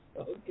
Okay